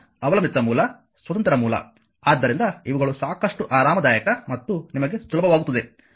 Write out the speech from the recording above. ಆದ್ದರಿಂದ ಅವಲಂಬಿತ ಮೂಲ ಸ್ವತಂತ್ರ ಮೂಲ ಆದ್ದರಿಂದ ಇವುಗಳು ಸಾಕಷ್ಟು ಆರಾಮದಾಯಕ ಮತ್ತು ನಿಮಗೆ ಸುಲಭವಾಗುತ್ತವೆ